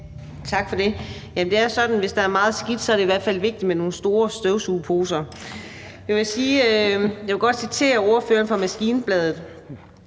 Tak for det. Det er jo sådan, at hvis der er meget skidt, er det i hvert fald vigtigt med nogle store støvsugerposer. Jeg vil godt citere fra Maskinbladet: